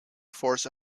force